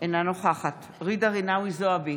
אינה נוכחת ג'ידא רינאוי זועבי,